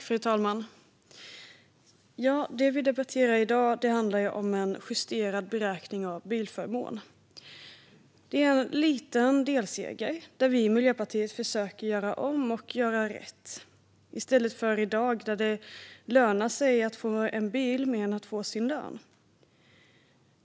Fru talman! Det vi debatterar i dag handlar om en justerad beräkning av bilförmån. Det är en liten delseger där vi i Miljöpartiet försöker göra om och göra rätt så att det inte fortsätter som i dag då det lönar sig mer att få en bil än att få lön.